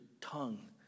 tongue